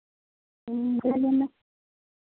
तुम दे देना